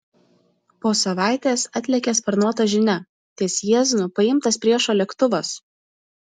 po savaitės atlėkė sparnuota žinia ties jieznu paimtas priešo lėktuvas